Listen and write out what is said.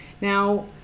Now